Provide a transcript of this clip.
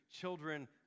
children